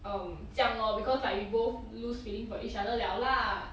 um 这样 lor because like we both lose feelings for each other 了 lah